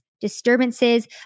disturbances